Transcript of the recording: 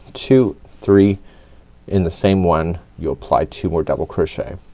two, three in the same one you apply two more double crochet.